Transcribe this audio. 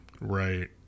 Right